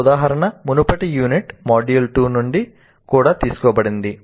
ఈ ఉదాహరణ మునుపటి యూనిట్ మాడ్యూల్ 2 నుండి కూడా తీసుకోబడింది